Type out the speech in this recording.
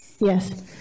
Yes